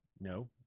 No